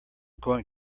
going